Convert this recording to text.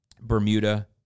Bermuda